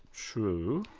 true.